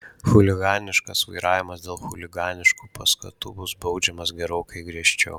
chuliganiškas vairavimas dėl chuliganiškų paskatų bus baudžiamas gerokai griežčiau